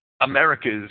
America's